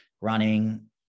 Running